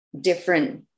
different